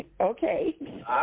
Okay